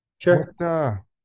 Sure